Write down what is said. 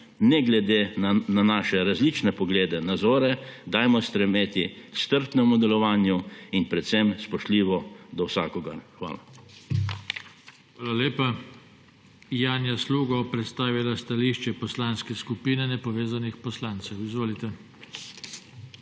ne glede na naše različne poglede, nazore dajmo stremeti k strpnemu delovanju in predvsem spoštljivo do vsakogar. Hvala. PODPREDSEDNIK JOŽE TANKO: Hvala lepa. Janja Sluga bo predstavila stališče Poslanske skupine nepovezanih poslancev. Izvolite.